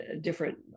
different